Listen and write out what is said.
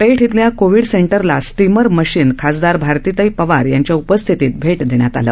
पेठ इथल्या कोविड सेटंरला steamer machine खासदार भारतीताई पवार यांच्या उपस्थितीत भेट देण्यात आलं